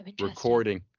recording